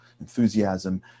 enthusiasm